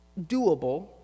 doable